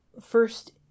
first